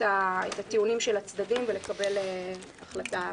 הטיעונים של הצדדים ולקבל החלטה בהתאם.